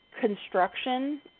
construction